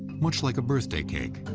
much like a birthday cake,